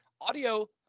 Audio